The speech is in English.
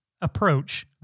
approach